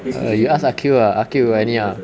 err you ask aqil ah aqil you got any or not